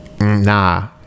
nah